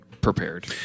prepared